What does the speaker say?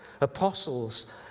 Apostles